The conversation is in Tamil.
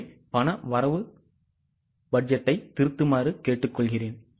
எனவே பண வரவு பட்ஜெட்டை திருத்துமாறு கேட்டுக்கொள்கிறேன்